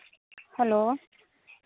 hello